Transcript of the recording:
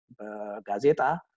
gazeta